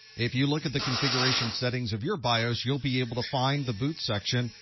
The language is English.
if you look at the configuration settings of your bios, you'll be able to find the boot section.